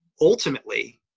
ultimately